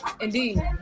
indeed